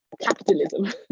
capitalism